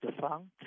defunct